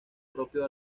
propio